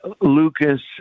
Lucas